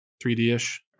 3D-ish